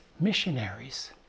missionaries